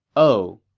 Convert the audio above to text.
oh,